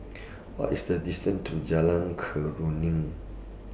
What IS The distance to Jalan Keruing